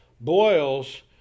boils